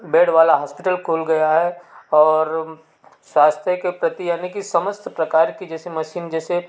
bed वाला hospital खुल गया है और स्वास्थ्य के प्रति यानी की समस्त प्रकार की जैसे मशीन जैसे